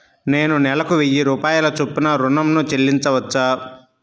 నేను నెలకు వెయ్యి రూపాయల చొప్పున ఋణం ను చెల్లించవచ్చా?